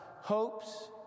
hopes